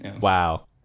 Wow